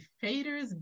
Fader's